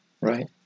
right